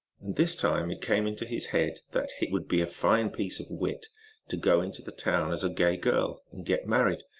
and this time it came into his head that it would be a fine piece of wit to go into the town as a gay girl and get married,